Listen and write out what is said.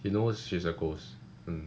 she knows she's a ghost